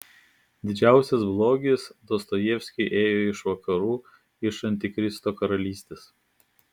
didžiausias blogis dostojevskiui ėjo iš vakarų iš antikristo karalystės